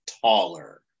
taller